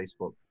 Facebook